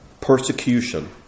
persecution